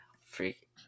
Freak